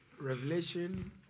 revelation